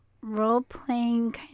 role-playing